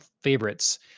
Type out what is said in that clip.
favorites